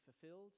fulfilled